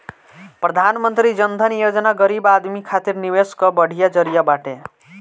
प्रधानमंत्री जन धन योजना गरीब आदमी खातिर निवेश कअ बढ़िया जरिया बाटे